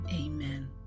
Amen